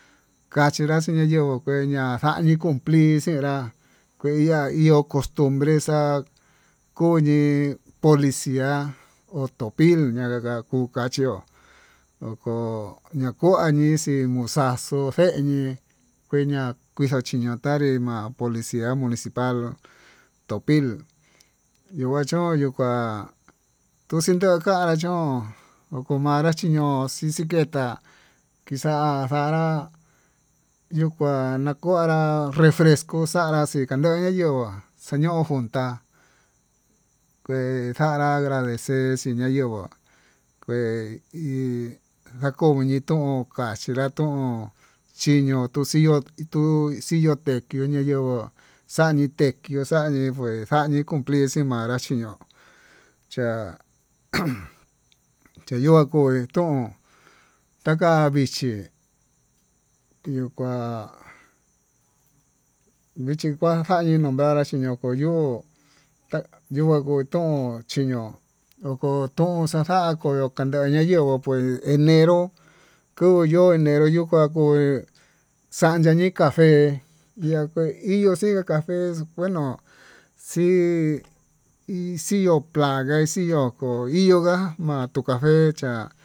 Kachinra xiñayeguó kueña xami'i, nii cumplir xenrá kue iha iho costumbres tá koñi policia ho topil na'a ku kachió, ndoko ña kuañi xii oxaxu fe'eñe feña xhiñotanrí ma'a policia municipal topil yuu kua chón yuu kuá tuxii ña'a kanrá chón, oko manra chinoxi xiketa kixa'a xa'á nrá yuu kua ma'a kuanra refresco xaña xikanoí, nayenguo xeño'o njuntá kué xanrá amanecer xii ña'a yenguó kue hi xakomo nii tuun, vaxhí nragón chiño tuxiño xinio teño'o nayo'o ko xani tequi xanii pues xanii cumplicima manra chiño'o cha'a umm, xaña'a tuetón taka vichí iho kua vichi kua xañii nombrar nachí yoko yo'ó ta'a ñuka koitón chiño'o oko tón xa'a xa'a ko'ó nakanda nayenguó pues enero kuu yo'ó enero yuu kua kui xannga ñii café, iha kuu iha xingue café ngueno xii xiengo planga ioko iho ka'a ma'a tuu café cha'a.